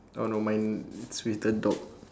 oh no mine it's with the dog